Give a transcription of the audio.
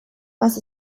was